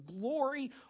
glory